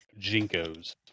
Jinkos